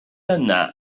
yna